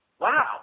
Wow